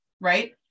right